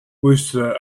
worcester